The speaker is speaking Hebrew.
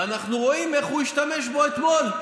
ואנחנו רואים איך הוא השתמש בו אתמול.